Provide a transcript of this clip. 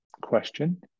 question